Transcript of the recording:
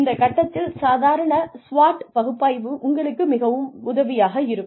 இந்த கட்டத்தில் சாதாரண SWOT பகுப்பாய்வு உங்களுக்கு மிகவும் உதவியாக இருக்கும்